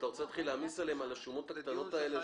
אתה רוצה להעמיס עליהם את השומות הקטנות האלה?